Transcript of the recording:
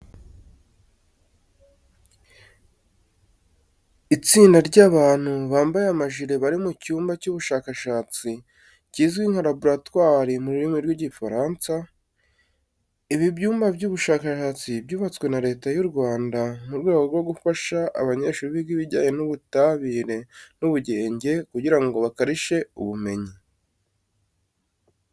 Itsinda ry'abantu bambaye amajire bari mu cyumba cy'ubushakashatsi kizwi nka laboratwari mu rurimi rw'Igifaransa. Ibi byumba by'ubushakashatsi byubatswe na Leta y'u Rwanda mu rwego rwo gufasha abanyeshuri biga ibijyanye n'ubutabire n'ubugenge kugira ngo bakarishye ubumenyi.